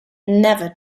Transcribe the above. never